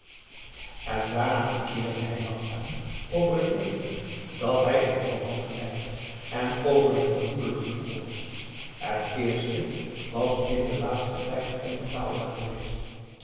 en daarna pikirde hij langzaam over het leven dat hij in holland had geleid en over de vermoedelijke toekomst het eerste was in den laatsten tijd onbetaalbaar geweest